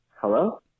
Hello